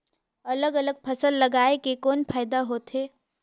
अलग अलग फसल लगाय ले कौन फायदा होथे?